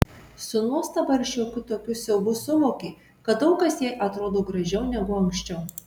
su nuostaba ir šiokiu tokiu siaubu suvokė kad daug kas jai atrodo gražiau negu anksčiau